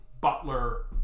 butler